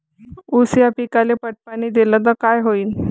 ऊस या पिकाले पट पाणी देल्ल तर काय होईन?